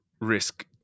risk